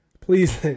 Please